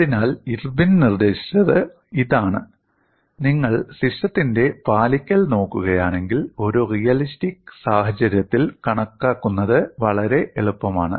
അതിനാൽ ഇർവിൻ നിർദ്ദേശിച്ചത് ഇതാണ് നിങ്ങൾ സിസ്റ്റത്തിന്റെ പാലിക്കൽ നോക്കുകയാണെങ്കിൽ ഒരു റിയലിസ്റ്റിക് സാഹചര്യത്തിൽ കണക്കാക്കുന്നത് വളരെ എളുപ്പമാണ്